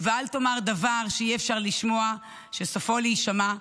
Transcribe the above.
ואל תאמר דבר שאי-אפשר לשמוע שסופו להישמע.